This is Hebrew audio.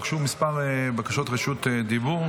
הוגשו כמה בקשות רשות דיבור.